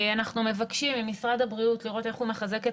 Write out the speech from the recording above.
אנחנו מבקשים ממשרד הבריאות לראות איך הוא מחזק את